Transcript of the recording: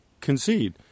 concede